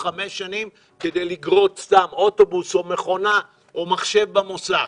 הוא מקבל חמש שנים כדי לגרוט אוטובוס או מכונה או מחשב במוסך.